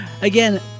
Again